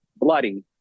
bloody